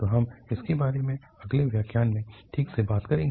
तो हम इसके बारे में अगले व्याख्यान में ठीक से बात करेंगे